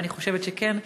ואני חושבת שכן,